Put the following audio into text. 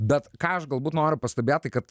bet ką aš galbūt noriu pastebėt tai kad